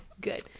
Good